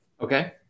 Okay